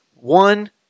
One